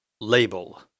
Label